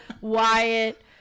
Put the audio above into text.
Wyatt